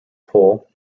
pole